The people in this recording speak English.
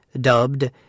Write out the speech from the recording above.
dubbed